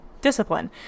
discipline